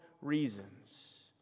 reasons